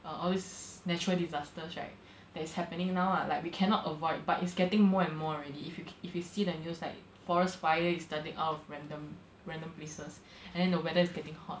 uh all these natural disasters right that is happening now lah like we cannot avoid but it's getting more and more already if you if you see the news like forest fire is starting out of random random places and then the weather is getting hot